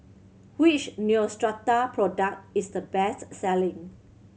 which Neostrata product is the best selling